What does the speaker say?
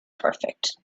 perfect